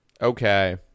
Okay